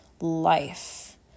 life